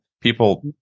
people